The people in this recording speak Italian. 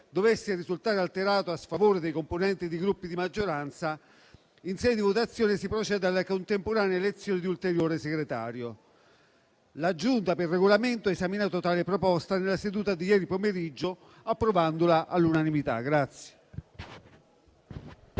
dovesse risultare alterato a sfavore dei componenti di Gruppi di maggioranza, in sede di votazione si procede alla contemporanea elezione di un ulteriore segretario. La Giunta per il Regolamento ha esaminato tale proposta nella seduta di ieri pomeriggio, approvandola all'unanimità.